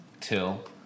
Till